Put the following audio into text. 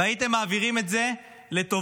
והייתם מעבירים את זה לטובת